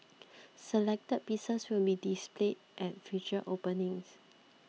selected pieces will be displayed at future openings